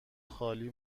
خالی